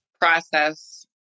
process